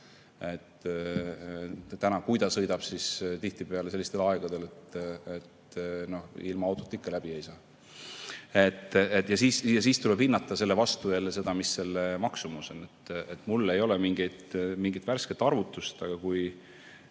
ka praegu sõidab, siis tihtipeale sellistel aegadel, et ilma autota ikka läbi ei saa. Siis tuleb hinnata jälle seda, mis selle maksumus on. Mul ei ole mingit värsket arvutust, aga kui